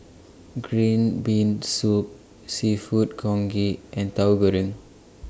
Green Bean Soup Seafood Congee and Tahu Goreng